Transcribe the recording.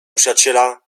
przyjaciela